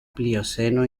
plioceno